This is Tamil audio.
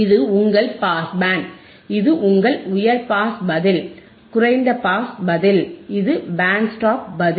இது உங்கள் பாஸ் பேண்ட் இது உங்கள் உயர் பாஸ் பதில் குறைந்த பாஸ் பதில் இது பேண்ட்ஸ்டாப் பதில்